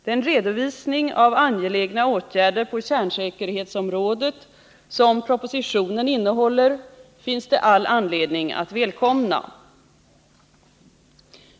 Den redovisning av angelägna åtgärder på kärnsäkerhetsområdet som propositionen innehåller finns det all anledning att välkomna.